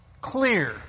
clear